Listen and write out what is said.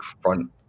front –